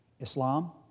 Islam